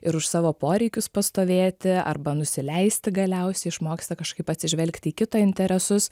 ir už savo poreikius pastovėti arba nusileisti galiausiai išmoksta kažkaip atsižvelgti į kito interesus